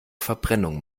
verbrennung